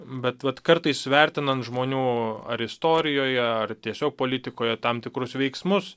bet vat kartais vertinant žmonių ar istorijoje ar tiesiog politikoje tam tikrus veiksmus